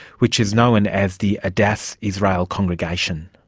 which is known as the adass israel congregation.